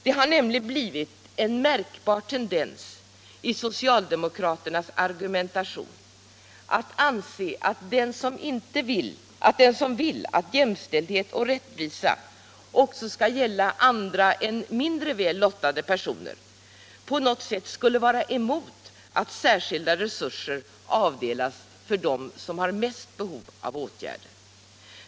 Det har nämligen blivit en märkbar tendens i socialdemokraternas argumentation att anse att den som vill att jämställdhet och rättvisa också skall gälla andra än mindre väl lottade personer på något sätt skulle vara emot att särskilda resurser avdelas för dem som mest har behov av åtgärder.